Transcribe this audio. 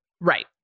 Right